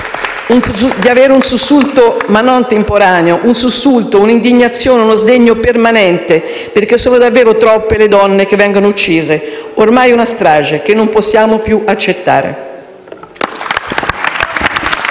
di avere un sussulto, ma non temporaneo, di indignazione e di sdegno permanente, perché sono davvero troppe le donne che vengono uccise. Ormai è una strage che non possiamo più accettare. *(Applausi